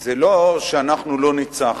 זה לא שאנחנו לא ניצחנו.